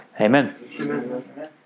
Amen